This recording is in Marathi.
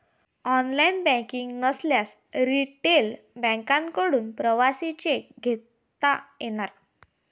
ऑनलाइन बँकिंग नसल्यास रिटेल बँकांकडून प्रवासी चेक घेता येणार